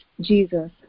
Jesus